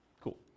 Cool